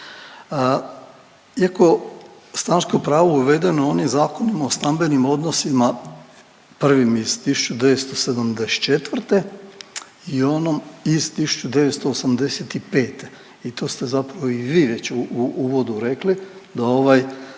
Iako je stanarsko pravo uvedeno on je Zakonom o stambenim odnosima prvim iz 1974. i onom iz 1985. i to ste zapravo i vi već u uvodu rekli da ovaj